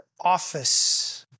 office